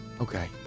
Okay